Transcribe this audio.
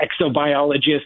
exobiologist